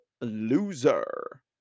loser